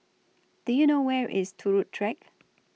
Do YOU know Where IS Turut Track